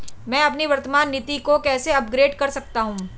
मैं अपनी वर्तमान नीति को कैसे अपग्रेड कर सकता हूँ?